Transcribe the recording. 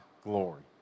glory